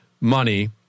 money